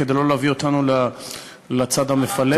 כדי לא להביא אותנו לצד המפלג.